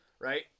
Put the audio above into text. right